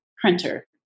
printer